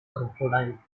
crocodile